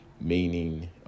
meaning